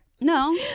No